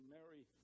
Mary